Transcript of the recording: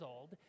old